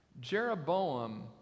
Jeroboam